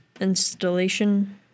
installation